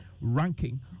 ranking